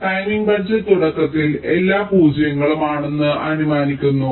timing budget തുടക്കത്തിൽ എല്ലാ പൂജ്യങ്ങളും ആണെന്ന് അനുമാനിക്കുന്നു